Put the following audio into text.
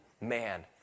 man